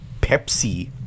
Pepsi